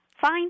fine